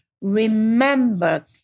remember